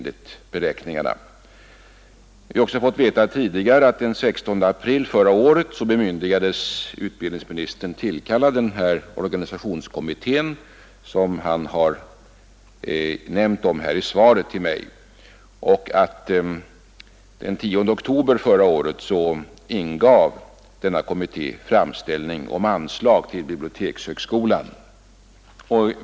Vi har tidigare fått veta att utbildningsministern den 16 april förra året bemyndigades tillkalla den organisationskommitté som han omnämnt i svaret till mig. Den 10 oktober förra året ingav denna kommitté framställning om anslag till bibliotekshögskolan.